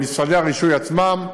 במשרדי הרישוי עצמם.